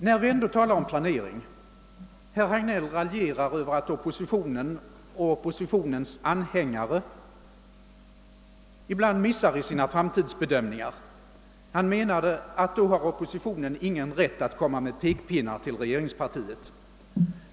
Herr Hagnell raljerade vidare över att oppositionen och dess anhängare ibland misstar sig i sina framtidsbedömningar. Han menade att oppositionen därför inte har någon rätt att komma med pekpinnar till regeringspartiet.